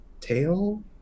tail